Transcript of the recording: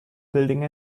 building